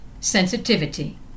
sensitivity